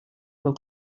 will